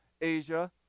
Asia